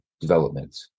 development